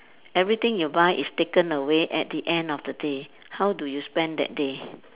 everything you buy is taken away at the end of the day how do you spend that day